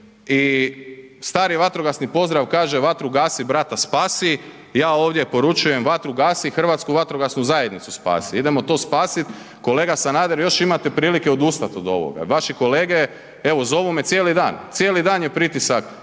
i stari vatrogasni pozdrav kaže „Vatru gasi brata spasi“, ja ovdje poručujem vatru gasi Hrvatsku vatrogasnu zajednicu spasi. Idemo to spasit. Kolega Sanader još imate prilike odustat od ovoga, vaši kolege evo zovu me cijeli dan, cijeli dan je pritisak